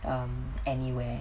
um anywhere